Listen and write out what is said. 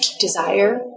desire